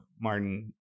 Martin